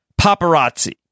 paparazzi